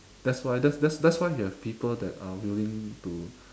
that's why that's that's why you have people that are willing to